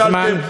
תודו שנכשלתם.